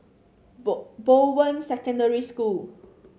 Bo Bowen Secondary School